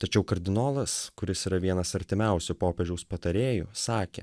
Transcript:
tačiau kardinolas kuris yra vienas artimiausių popiežiaus patarėjų sakė